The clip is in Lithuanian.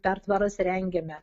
pertvaras rengiame